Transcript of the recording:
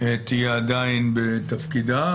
תהיה עדיין בתפקידה.